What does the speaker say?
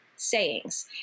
sayings